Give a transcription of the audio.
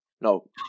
no